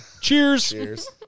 Cheers